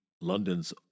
London's